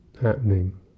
happening